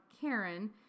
Karen